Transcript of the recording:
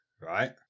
Right